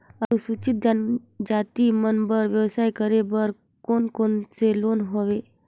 अनुसूचित जनजाति मन बर व्यवसाय करे बर कौन कौन से लोन हवे?